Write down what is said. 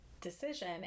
decision